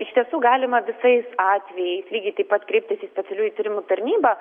iš tiesų galima visais atvejais lygiai taip pat kreiptis į specialiųjų tyrimų tarnybą